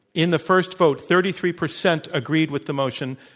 in the first vote, thirty three percent agreed with the motion,